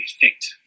effect